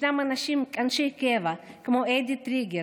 ישנם אנשי קבע כמו אדי טריגר,